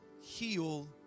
heal